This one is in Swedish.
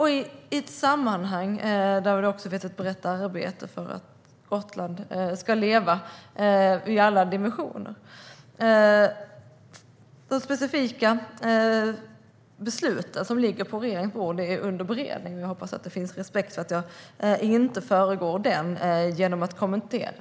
I detta sammanhang finns ett brett arbete för att Gotland ska leva i alla dimensioner. De specifika besluten, som ligger på regeringens bord, är under beredning, och jag hoppas att det finns respekt för att jag inte föregår denna genom att kommentera.